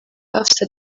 afsa